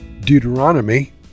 Deuteronomy